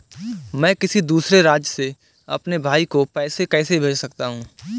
मैं किसी दूसरे राज्य से अपने भाई को पैसे कैसे भेज सकता हूं?